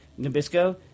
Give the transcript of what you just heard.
Nabisco